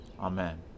Amen